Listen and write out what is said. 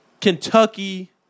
Kentucky